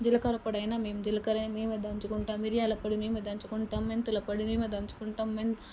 జీలకర్ర పోడైన మేము జీలకర్ర దంచుకుంటాము మిరియాల పొడి మేమే దంచుకుంటాము మెంతుల పొడి మేమే దంచుకుంటాము మేం